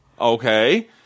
Okay